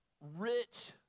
rich